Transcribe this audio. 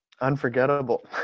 unforgettable